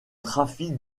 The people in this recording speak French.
trafic